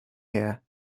here